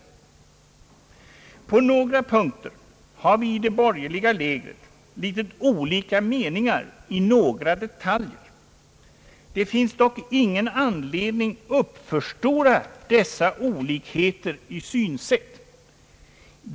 På några punkter har vi i det borgerliga lägret litet olika meningar beträffande vissa detaljer. Det finns dock ingen anledning att förstora dessa olikheter i synsätt.